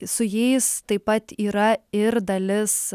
su jais taip pat yra ir dalis